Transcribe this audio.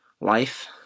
life